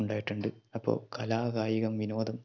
ഉണ്ടായിട്ടുണ്ട് അപ്പോൾ കലാ കായികം വിനോദം